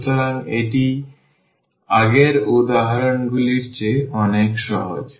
সুতরাং এটি আগের উদাহরণ গুলির চেয়ে অনেক সহজ